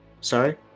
Sorry